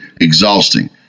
exhausting